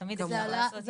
ותמיד אפשר לעשות יותר.